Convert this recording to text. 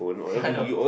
hello